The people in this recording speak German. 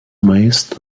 meist